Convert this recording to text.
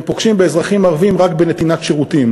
פוגשים באזרחים ערבים רק בנתינת שירותים.